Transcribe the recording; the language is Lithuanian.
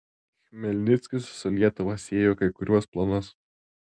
chmelnickis su lietuva siejo kai kuriuos planus